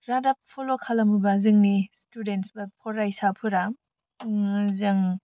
रादाब फल' खालामोबा जोंनि स्टुदेन्ट्सफ्रा फरायसाफोरा जों